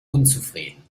unzufrieden